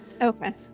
Okay